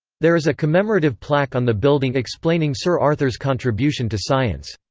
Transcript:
there is a commemorative plaque on the building explaining sir arthur's contribution to science.